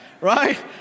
right